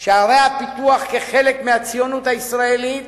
של ערי הפיתוח כחלק מהציונות הישראלית